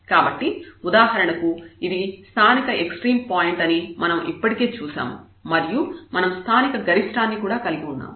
కాబట్టి ఉదాహరణకు ఇది స్థానిక ఎక్స్ట్రీమ్ పాయింట్ అని మనం ఇప్పటికే చూశాము మరియు మనం స్థానిక గరిష్ఠాన్ని కూడా కలిగి ఉన్నాము